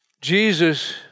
Jesus